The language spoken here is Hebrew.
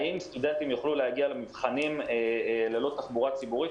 האם סטודנטים יוכלו להגיע למבחנים ללא תחבורה ציבורית?